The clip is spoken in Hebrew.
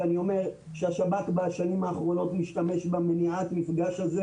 אבל אני אומר שהשב"כ בשנים האחרונות משתמש במניעת המפגש הזה